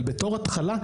אבל בתור התחלה,